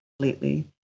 completely